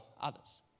others